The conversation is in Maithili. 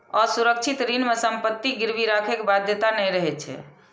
असुरक्षित ऋण मे संपत्ति गिरवी राखै के बाध्यता नै रहै छै